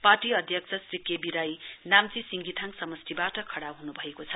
party अध्यश्र Shri K V Rai Namchi Singithang समस्टिबाट खड़ा हुनुभएको छ